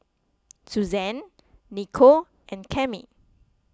Susann Niko and Cami